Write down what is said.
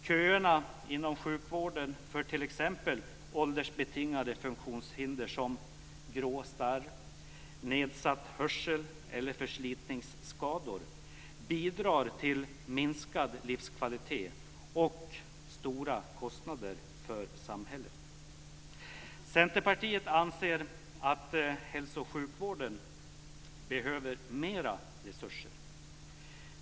Köerna inom sjukvården för t.ex. åldersbetingade funktionshinder som grå starr, nedsatt hörsel eller förslitningsskador bidrar till minskad livskvalitet och stora kostnader för samhället. Centerpartiet anser att hälso och sjukvården behöver mera resurser.